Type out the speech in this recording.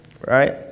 right